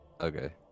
Okay